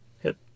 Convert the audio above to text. hit